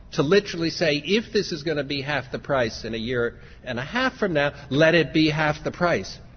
to literally say if this is going to be half the price in a year and a half from now, let it be half the price,